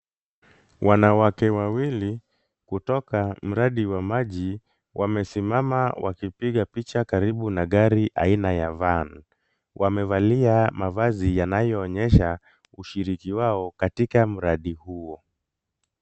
Wanawake wawili kutoka mradi wa maji wamesimama wakipiga picha karibu na gari aina ya van . Wamevalia mavazi yanayoonyesha ushiriki wao katika mradi huo.